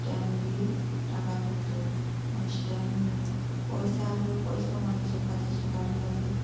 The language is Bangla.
স্ট্যাম্প দিয়ে টাকা তুলতে হয় তাই স্ট্যাম্প পয়সা হলো পয়সা মানুষের কাছে সবারির আছে